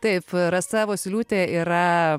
taip rasa vosyliūtė yra